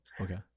Okay